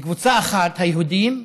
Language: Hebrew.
לקבוצה אחת, היהודים,